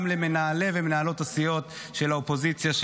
למנהלי ומנהלות הסיעות של האופוזיציה,